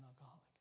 alcoholic